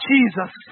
Jesus